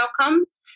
outcomes